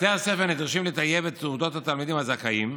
בתי הספר נדרשים לטייב את תעודות התלמידים הזכאים.